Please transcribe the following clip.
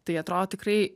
tai atrodo tikrai